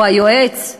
או היועץ?